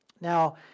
Now